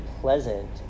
pleasant